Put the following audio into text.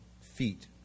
feet